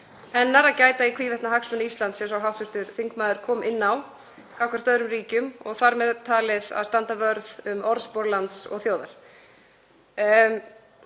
hennar að gæta í hvívetna hagsmuna Íslands, eins og hv. þingmaður kom inn á, gagnvart öðrum ríkjum og þar með talið að standa vörð um orðspor lands og þjóðar.